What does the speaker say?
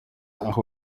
aho